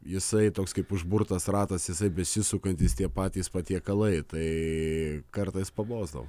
jisai toks kaip užburtas ratas jisai besisukantis tie patys patiekalai tai kartais pabosdavo